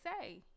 say